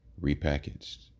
repackaged